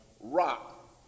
rock